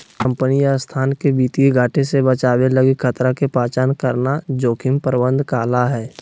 company या संस्थान के वित्तीय घाटे से बचावे लगी खतरा के पहचान करना जोखिम प्रबंधन कहला हय